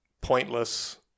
pointless